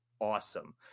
awesome